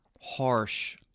harsh